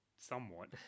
Somewhat